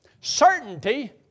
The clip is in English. certainty